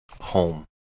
Home